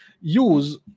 use